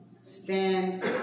Stand